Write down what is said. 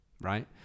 right